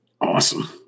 Awesome